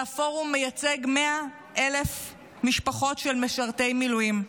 והפורום מייצג 100,000 משפחות של משרתי מילואים.